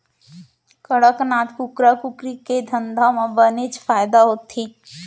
कड़कनाथ कुकरा कुकरी के धंधा म बनेच फायदा होथे